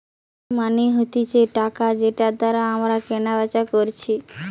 মানি মানে হতিছে টাকা যেটার দ্বারা আমরা কেনা বেচা করি